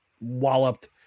walloped